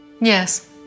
Yes